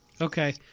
Okay